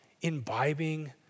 imbibing